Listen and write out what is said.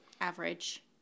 average